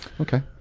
Okay